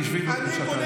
תשבי, בבקשה, טלי.